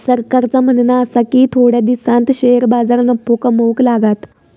सरकारचा म्हणणा आसा की थोड्या दिसांत शेअर बाजार नफो कमवूक लागात